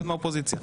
אחד מהאופוזיציה.